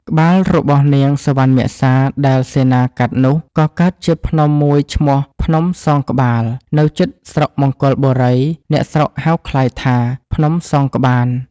ក្បាលរបស់នាងសុវណ្ណមសា ដែលសេនាកាត់នោះ ក៏កើតជាភ្នំមួយឈ្មោះ ភ្នំសងក្បាល នៅជិតស្រុកមង្គលបុរី (អ្នកស្រុកហៅក្លាយថា ភ្នំសងក្បាន)។